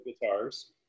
guitars